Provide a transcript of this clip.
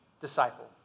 disciple